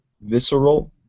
visceral